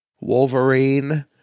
Wolverine